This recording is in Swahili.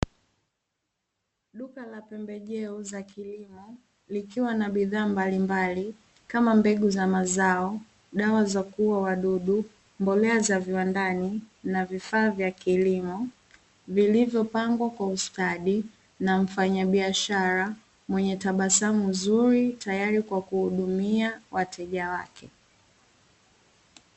Duka la pembejeo za kilimo likiwa na bidhaa mbalimbali kama mbegu za mazao, dawa za kuua wadudu, mbolea za viwandani na vifaa vya kilimo vilivyopangwa kwa ustadi na mfanyabiashara mwenye tabasamu zuri, tayari kwa kuhudumia wateja wake.